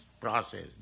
process